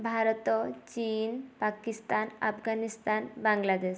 ଭାରତ ଚିନ ପାକିସ୍ତାନ ଆଫଗାନିସ୍ତାନ ବାଂଲାଦେଶ